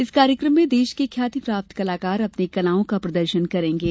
इस कार्यक्रम में देश के ख्याती प्राप्त कलाकार अपनी कलाओं का प्रदर्शन करेंगे